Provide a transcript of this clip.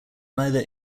neither